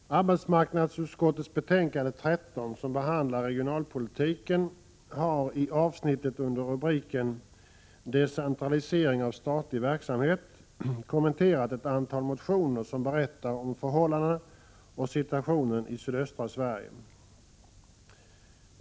Fru talman! Arbetsmarknadsutskottets betänkande 13, som behandlar regionalpolitiken, har i avsnittet med rubriken Decentralisering av statlig verksamhet kommenterat ett antal motioner som berättar om situationen i sydöstra Sverige.